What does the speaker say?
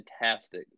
fantastic